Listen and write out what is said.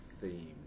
theme